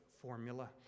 formula